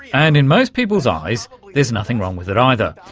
and in most people's eyes there's nothing wrong with it either.